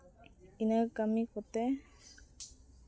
ᱤᱱᱟᱹ ᱠᱟᱹᱢᱤ ᱠᱚᱛᱮ